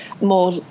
more